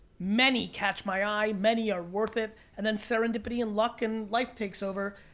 many catch my eye, many are worth it, and then serendipity and luck and life takes over,